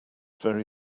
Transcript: very